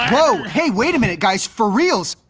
whoa! hey, wait a minute guys! for reals!